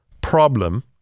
problem